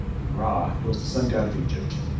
and ra was the sun-god of egypt,